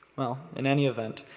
well, in any event,